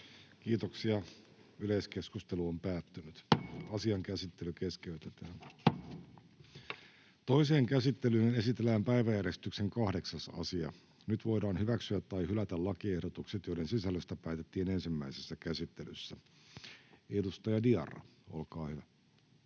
kauppakamarilain 2 §:n muuttamisesta Time: N/A Content: Toiseen käsittelyyn esitellään päiväjärjestyksen 8. asia. Nyt voidaan hyväksyä tai hylätä lakiehdotukset, joiden sisällöstä päätettiin ensimmäisessä käsittelyssä. — Edustaja Diarra, olkaa hyvä.